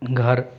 घर